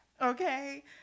Okay